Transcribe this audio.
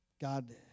God